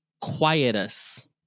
quietus